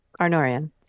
arnorian